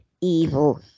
evil